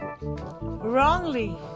Wrongly